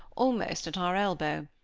almost at our elbow.